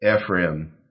Ephraim